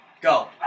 Go